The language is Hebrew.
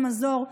למזור,